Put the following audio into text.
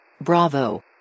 Bravo